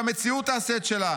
שהמציאות תעשה את שלה.